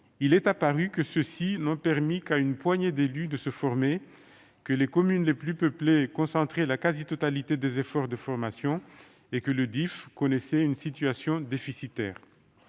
il est apparu que ceux-ci n'ont permis qu'à une poignée d'élus de se former, que les communes les plus peuplées concentraient la quasi-totalité des efforts de formation et que le DIFE connaissait une situation déficitaire.